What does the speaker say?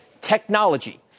Technology